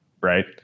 right